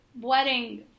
wedding